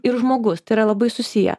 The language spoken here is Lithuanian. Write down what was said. ir žmogus tai yra labai susiję